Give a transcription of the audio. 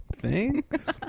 Thanks